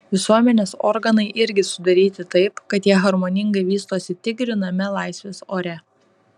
visuomenės organai irgi sudaryti taip kad jie harmoningai vystosi tik gryname laisvės ore